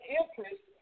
interest